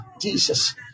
Jesus